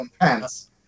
pants